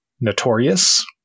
Notorious